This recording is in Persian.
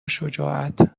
شجاعت